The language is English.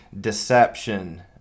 deception